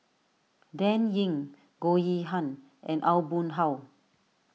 Dan Ying Goh Yihan and Aw Boon Haw